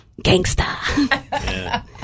Gangsta